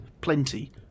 plenty